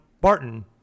Barton